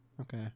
Okay